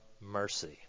mercy